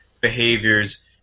behaviors